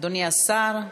אדוני השר.